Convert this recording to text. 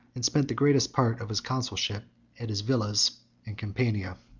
and spent the greatest part of his consulship at his villas in campania.